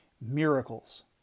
miracles